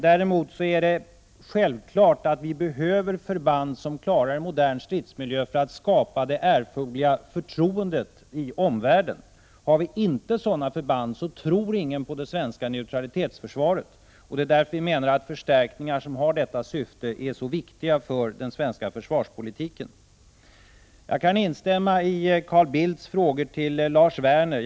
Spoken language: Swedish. Däremot är det självklart att vi behöver förband som klarar en modern stridsmiljö för att vi skall kunna skapa det erforderliga förtroendet i omvärlden. Har vi inte sådana förband är det ingen som tror på det svenska neutralitetsförsvaret. Det är därför vi menar att förstärkningar i detta syfte är så viktiga för den svenska försvarspolitiken. Jag kan instämma i Carl Bildts frågor till Lars Werner.